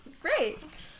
great